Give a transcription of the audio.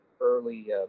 early